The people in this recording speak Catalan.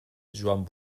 joan